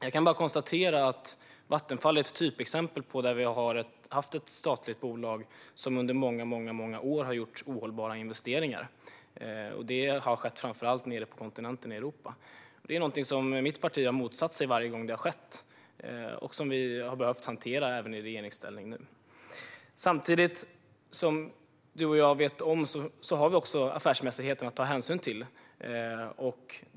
Jag kan bara konstatera att Vattenfall är ett typexempel på ett statligt bolag som under många år har gjort ohållbara investeringar. Det har skett framför allt nere på kontinenten i Europa. Det är något som mitt parti har motsatt sig varje gång som det har skett. Det har vi även behövt hantera i regeringsställning. Samtidigt vet du och jag att vi också måste ta hänsyn till affärsmässigheten.